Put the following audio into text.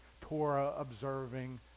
Torah-observing